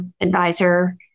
advisor